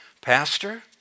Pastor